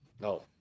No